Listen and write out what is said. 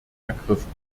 ergriffen